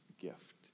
gift